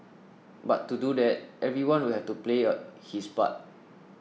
but to do that everyone will have to player his part